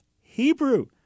Hebrew